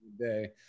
day